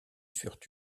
furent